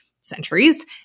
centuries